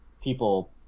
people